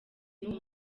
n’uwo